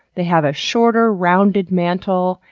they have a shorter, rounded mantle,